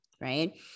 right